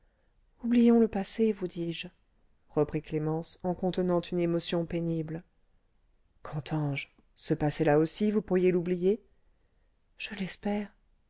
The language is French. oublions le passé vous dis-je reprit clémence en contenant une émotion pénible qu'entends-je ce passé là aussi vous pourriez l'oublier je l'espère